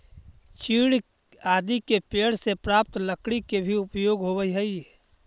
चीड़ आदि के पेड़ से प्राप्त लकड़ी के भी उपयोग होवऽ हई